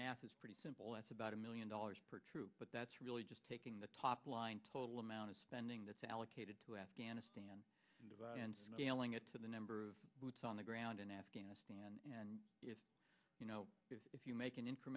math is pretty simple it's about a million dollars per troop but that's really just taking the top line total amount of spending that's allocated to afghanistan and scaling it to the number of boots on the ground in afghanistan and if you know if you make an in